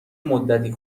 مدتی